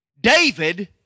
David